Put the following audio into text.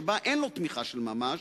שבה אין לו תמיכה של ממש,